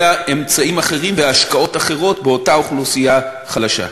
אלא אמצעים אחרים והשקעות אחרות באותה אוכלוסייה חלשה.